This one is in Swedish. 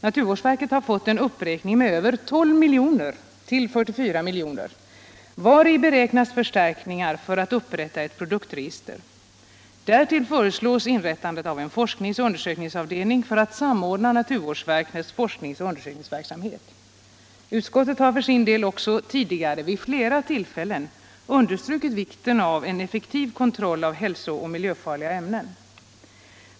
Naturvårdsverket har fått en uppräkning med över 12 miljoner till 44 miljoner, vari beräknats förstärkningar för att upprätta ett produktregister. Därtill föreslås inrättandet av en forskningsoch undersökningsavdelning för att samordna naturvårdsverkets forskningsoch undersökningsverksamhet. Utskottet har för sin del också tidigare vid flera tillfällen understrukit vikten av en effektiv kontroll av hälsooch miljöfarliga ämnen.